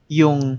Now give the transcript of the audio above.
yung